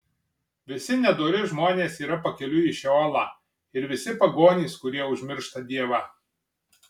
visi nedori žmonės yra pakeliui į šeolą ir visi pagonys kurie užmiršta dievą